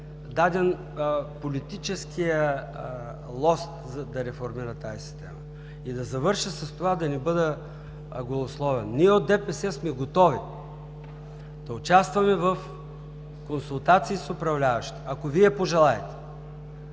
даден политическият лост да реформира тази система. Да завърша с това, да не бъда голословен: ние от ДПС сме готови да участваме в консултации с управляващите, ако Вие пожелаете,